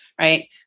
right